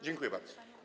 Dziękuję bardzo.